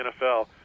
NFL